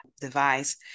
device